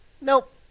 Nope